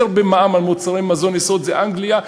גבוה על מוצרי יסוד במזון זו אנגליה,